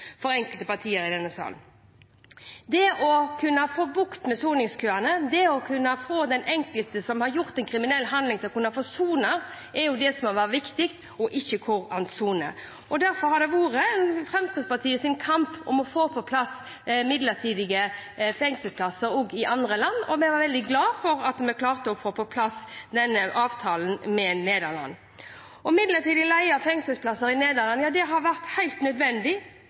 for enkelte partier i denne sal er prinsippet om hvor de kriminelle skal sone, enn om de soner. Å få bukt med soningskøene, å få den enkelte som har gjort en kriminell handling, til å sone, er jo det som er viktig – ikke hvor man soner. Derfor har Fremskrittspartiet kjempet for å få på plass midlertidige fengselsplasser også i andre land. Vi var veldig glad for at vi klarte å få på plass denne avtalen med Nederland. Midlertidig leie av fengselsplasser i Nederland har vært helt nødvendig